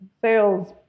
Sales